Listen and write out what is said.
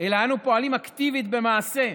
אלא אנו פועלים אקטיבית במעשה,